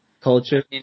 culture